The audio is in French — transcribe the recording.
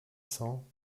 cents